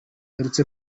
aherutse